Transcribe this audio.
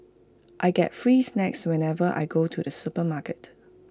I get free snacks whenever I go to the supermarket